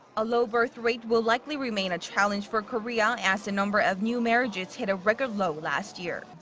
a low birthrate will likely remain a challenge for korea. as the number of new marriages hit a record low last year.